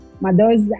mothers